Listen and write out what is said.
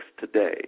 today